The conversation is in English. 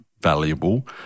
valuable